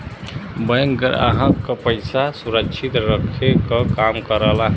bank ग्राहक क पइसा सुरक्षित रखे क काम करला